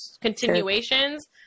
continuations